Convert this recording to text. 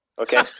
okay